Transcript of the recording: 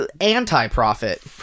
anti-profit